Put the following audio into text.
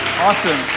Awesome